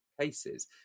cases